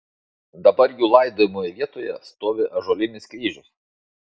dabar jų laidojimo vietoje stovi ąžuolinis kryžius